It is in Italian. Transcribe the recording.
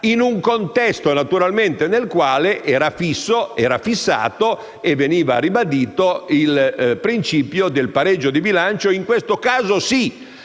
in un contesto nel quale era fissato e veniva ribadito il principio del pareggio di bilancio, nel caso